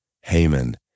Haman